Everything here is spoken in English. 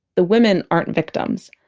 the women aren't victims